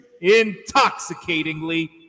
Intoxicatingly